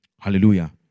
Hallelujah